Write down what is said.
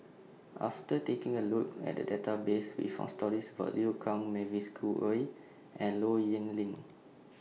after taking A Look At The Database We found stories about Liu Kang Mavis Khoo Oei and Low Yen Ling